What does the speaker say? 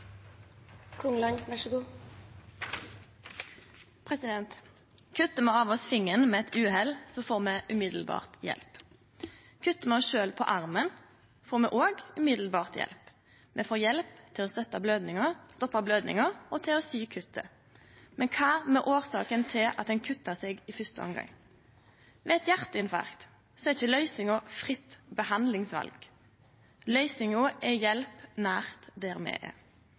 me av oss fingeren ved eit uhell, får me hjelp med det same. Kuttar me oss sjølve på armen, får me òg hjelp med det same: Me får hjelp til å stoppe blødinga og til å sy kuttet. Men kva med årsaka til at ein kutta seg i første omgang? Ved eit hjarteinfarkt er ikkje løysinga fritt behandlingsval. Løysinga er hjelp nært der me er,